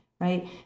right